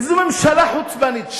איזו ממשלה חוצפנית,